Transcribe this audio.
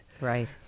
right